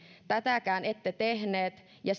tätäkään ette tehneet ja